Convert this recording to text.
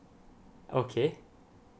okay